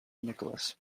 nicholas